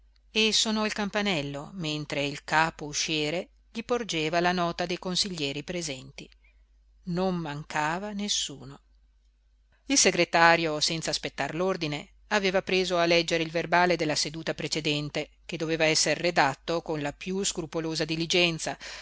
e sonò il campanello mentre il capo usciere gli porgeva la nota dei consiglieri presenti non mancava nessuno il segretario senza aspettar l'ordine aveva preso a leggere il verbale della seduta precedente che doveva essere redatto con la piú scrupolosa diligenza